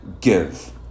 give